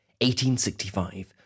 1865